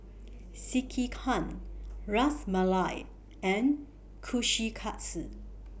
Sekihan Ras Malai and Kushikatsu